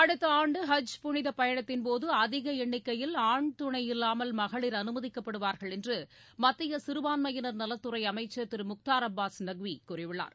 அடுத்த ஆண்டு ஹஜ் புனித பயணத்தின் போது அதிக எண்ணிக்கையில் ஆண் துணை இல்லாமல் மகளிர் அனுமதிக்கப்படுவார்கள் என்று மத்திய சிறுபான்மையினர் நலத் துறை அமைச்சர் திரு முக்தார் அப்பாஸ் நக்வி கூறியுள்ளார்